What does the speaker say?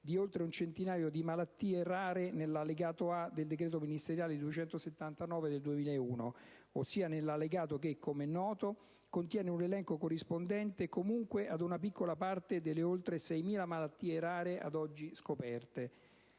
di oltre un centinaio di malattie rare nell'allegato A del decreto ministeriale n. 279 del 2001, che contiene, come è noto, un elenco corrispondente comunque ad una piccola parte delle oltre 6.000 malattie rare ad oggi scoperte.